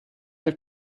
have